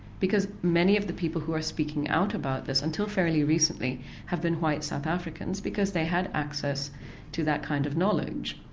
because many of the people who are speaking out about this until fairly recently have been white south africans because they had access to that kind of knowledge.